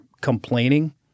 complaining